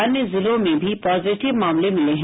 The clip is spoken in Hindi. अन्य जिलों में भी पॉजिटिव मामले मिले हैं